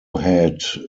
had